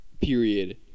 period